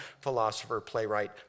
philosopher-playwright